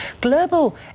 Global